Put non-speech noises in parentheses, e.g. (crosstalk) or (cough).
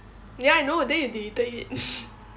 ya I know then you deleted it (laughs)